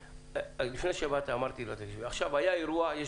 לפני שבאת אמרתי שהיה אירוע ובירור בבית המשפט.